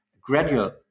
gradual